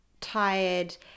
tired